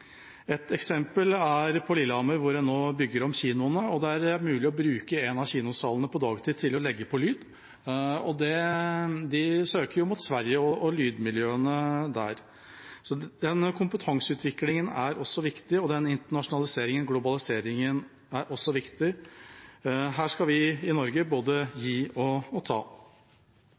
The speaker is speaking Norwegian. Et eksempel er Lillehammer, hvor en nå bygger om kinoene, og der det er mulig å bruke en av kinosalene på dagtid til å legge på lyd. De søker jo mot Sverige og lydmiljøene der. Så den kompetanseutviklingen er også viktig, og internasjonaliseringen/globaliseringen er også viktig. Her skal vi i Norge både gi